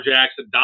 Jackson